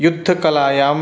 युद्धकलायां